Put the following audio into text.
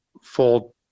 full